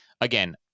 again